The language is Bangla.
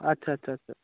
আচ্ছা আচ্ছা আচ্ছা